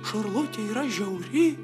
šarlotė yra žiauri